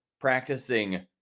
practicing